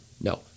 no